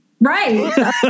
Right